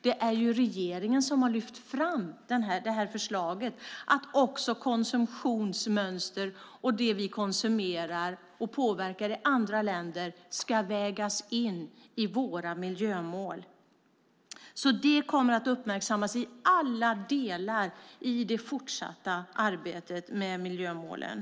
Det är regeringen som har lyft fram förslaget att också konsumtionsmönster och det vi konsumerar och påverkar i andra länder ska vägas in i våra miljömål. Det kommer att uppmärksammas i alla delar av det fortsatta arbetet med miljömålen.